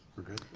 we're good,